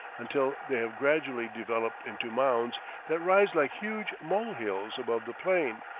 until they have gradually developed into mounds that rise like huge mole-hills above the plain,